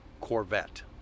Corvette